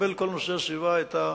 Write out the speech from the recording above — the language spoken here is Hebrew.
יקבל כל נושא הסביבה את,